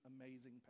amazing